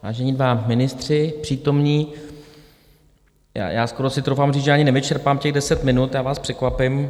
Vážení dva ministři přítomní, já skoro si troufám říct, ani nevyčerpám těch deset minut, já vás překvapím.